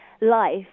life